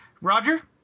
Roger